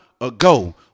ago